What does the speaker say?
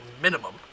minimum